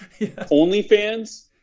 OnlyFans